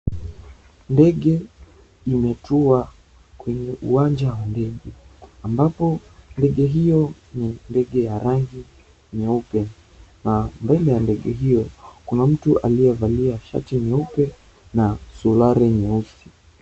Ndege imetua kwenye uwanja wa ndege, ambapo ndege hiyo ni ya rangi nyeupe, na mbele ya ndege hiyo kuna mtu aliyevalia shati nyeupe na suruali nyeusi.